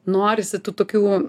norisi tų tokių